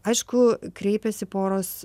aišku kreipiasi poros